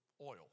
oil